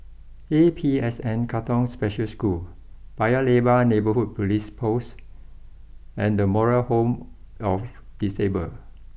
A P S N Katong special School Paya Lebar Neighbourhood police post and the Moral Home of Disabled